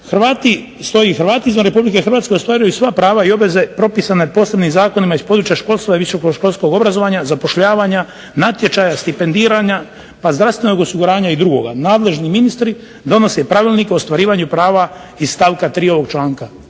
7. stoji Hrvati izvan Republike Hrvatske ostvaruju sva prava i obveze propisanim posebnim zakonima iz područja školstva i visokoškolskog obrazovanja, zapošljavanja, natječaja stipendiranja, pa zdravstvenog osiguranja i drugoga. Nadležni ministri donose pravilnik o ostvarivanju prava iz stavka 3. ovog članka.